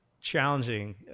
challenging